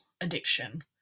addiction